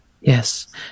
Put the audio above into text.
Yes